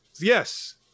Yes